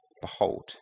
Behold